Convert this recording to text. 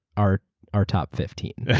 our our top fifteen.